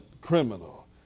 criminal